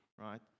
right